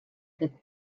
fet